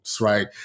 right